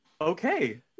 Okay